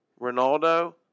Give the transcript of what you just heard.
Ronaldo